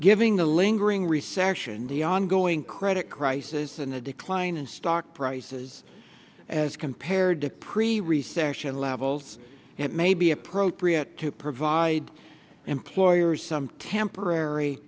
giving the lingering recession the ongoing credit crisis and the decline in stock prices as compared to prerecession levels it may be appropriate to provide employers some temporary